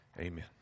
Amen